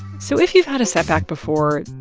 so if you've had a setback before,